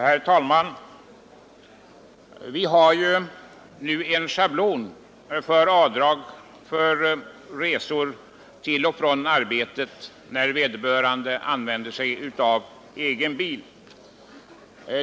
Herr talman! Som bekant har vi i dag en schablon när det gäller avdrag för resor med egen bil till och från arbetet.